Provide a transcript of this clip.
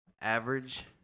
average